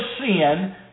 sin